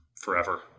forever